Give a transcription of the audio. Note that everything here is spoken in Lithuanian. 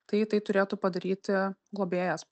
tai tai turėtų padaryti globėjas